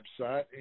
website